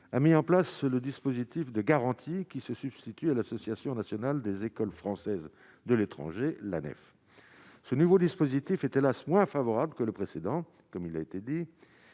a mis en place le dispositif de garantie qui se substitue à l'association nationale des écoles françaises de l'étranger l'année. Ce nouveau dispositif est hélas moins favorable que le précédent, comme il a été dit,